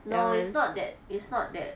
no it's not that it's not that